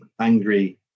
angry